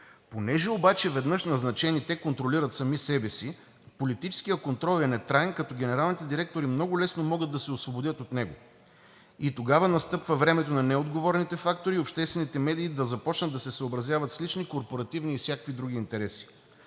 Понеже обаче веднъж назначени, те контролират сами себе си, политическият контрол е нетраен, като генералните директори много лесно могат да се освободят от него. И тогава настъпва времето на неотговорните фактори и обществените медии да започнат да се съобразяват с лични, корпоративни и всякакви други интереси.